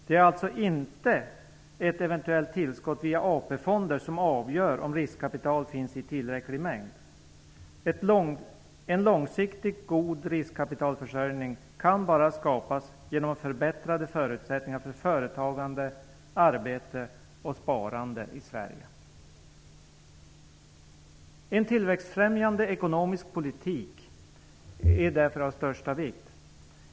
Det är alltså inte ett eventuellt tillskott via AP-fonder som avgör om riskkapital finns i tillräcklig mängd. En långsiktigt god riskkapitalförsörjning kan bara skapas genom förbättrade förutsättningar för företagande, arbete och sparande i Sverige. En tillväxtfrämjande ekonomisk politik är därför av största vikt.